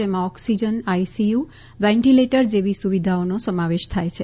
જેમાં oxygen ICU ventilator જેવી સુવિધાઓનો સમાવેશ થાય છે